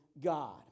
God